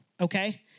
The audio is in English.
okay